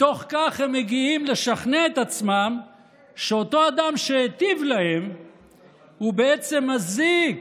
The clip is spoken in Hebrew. מתוך כך הם מגיעים לשכנע את עצמם שאותו אדם שהיטיב עימם הוא בעצם מזיק,